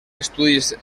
estudis